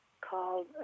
called